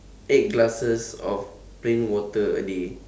eight glasses of plain water a day